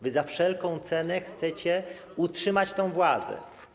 Wy za wszelką cenę chcecie utrzymać tę władzę.